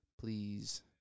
Please